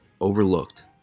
overlooked